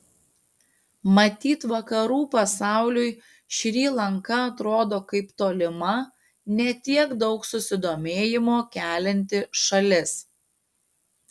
matyt vakarų pasauliui šri lanka atrodo kaip tolima ne tiek daug susidomėjimo kelianti šalis